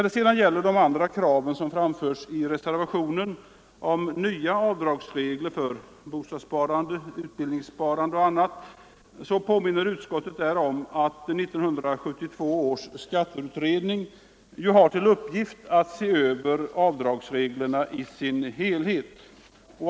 Vad beträffar de andra krav som framförs i motionerna — om nya avdragsregler för bostadssparande, utbildningssparande och annat — påminner utskottet om att 1972 års skatteutredning har till uppgift att se över avdragsreglerna som helhet.